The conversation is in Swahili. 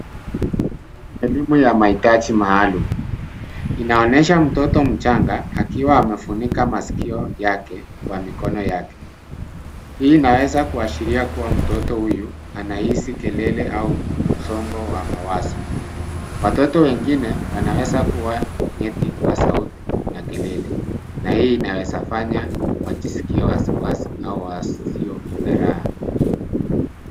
Hii ni elimu ya mahitaji maalum. Inaonyesha mtoto mchanga, akiwa amefunika maskio yake kwa mikono yake. Hii inaweza kuashiria kuwa mtoto huyu anahisi kelele au msongo wa mawazo. Watoto wengine wanawezakuwa wameketi kwa sauti na kelele na hii inaezafanya wajiskie wasiwasi au wasio na raha.